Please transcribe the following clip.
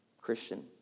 Christian